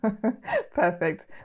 Perfect